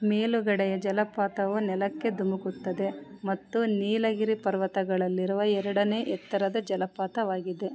ಮೇಲುಗಡೆಯ ಜಲಪಾತವು ನೆಲಕ್ಕೆ ಧುಮುಕುತ್ತದೆ ಮತ್ತು ನೀಲಗಿರಿ ಪರ್ವತಗಳಲ್ಲಿರುವ ಎರಡನೇ ಎತ್ತರದ ಜಲಪಾತವಾಗಿದೆ